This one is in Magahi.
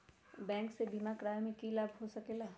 बैंक से बिमा करावे से की लाभ होई सकेला?